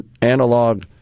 analog